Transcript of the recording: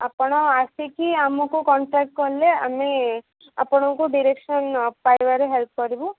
ଆପଣ ଆସିକି ଆମକୁ କଣ୍ଟାକ୍ଟ୍ କଲେ ଆମେ ଆପଣଙ୍କୁ ଡ଼ିରେକ୍ସନ୍ ପାଇବାରେ ହେଲ୍ପ କରିବୁ